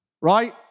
right